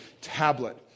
tablet